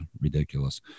ridiculous